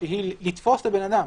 שהיא לתפוס את הבן אדם.